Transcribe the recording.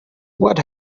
what